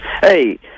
Hey